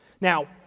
Now